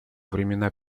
времена